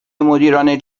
مدیران